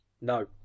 No